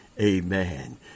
Amen